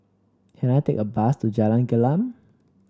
can I take a bus to Jalan Gelam